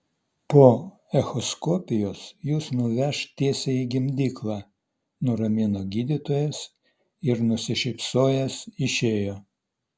po echoskopijos jus nuveš tiesiai į gimdyklą nuramino gydytojas ir nusišypsojęs išėjo